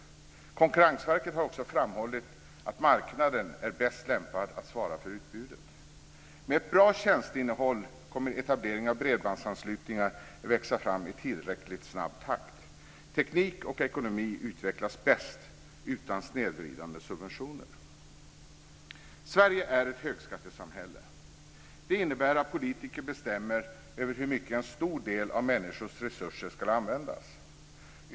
Konkurrensverket har också framhållit att marknaden är bäst lämpad att svara för utbudet. Med ett bra tjänsteinnehåll kommer etableringen av bredbandsanslutningar att växa fram i tillräckligt snabb takt. Teknik och ekonomi utvecklas bäst utan snedvridande subventioner. Sverige är ett högskattesamhälle. Det innebär att politiker bestämmer över hur en mycket stor del av människors resurser ska användas.